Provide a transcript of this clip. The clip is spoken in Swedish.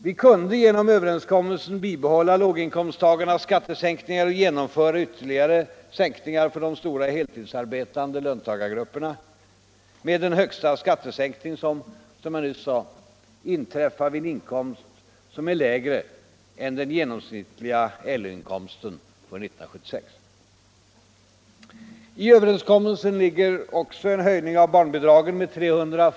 Vi kunde genom överenskommelsen bibehålla låginkomsttagarnas skattesänkningar och genomföra ytterligare sänkningar för de stora heltidsarbetande löntagargrupperna med en högsta skattesänkning som, såsom jag nyss sade, inträffar vid en inkomst som kommer att vara lägre än den genomsnittliga LO-inkomsten för 1976. I överenskommelsen ligger också en höjning av barnbidragen med 300 kr.